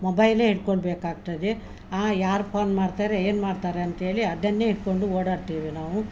ಮೊಬೈಲೇ ಹಿಡ್ಕೊಬೇಕಾಗ್ತದೆ ಆ ಯಾರು ಫೋನ್ ಮಾಡ್ತಾರೆ ಏನು ಮಾಡ್ತಾರೆ ಅಂತೇಳಿ ಅದನ್ನೇ ಇಟ್ಟುಕೊಂಡು ಓಡಾಡ್ತೀವಿ ನಾವು